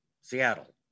Seattle